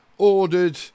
Ordered